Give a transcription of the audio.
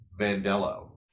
vandello